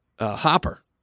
hopper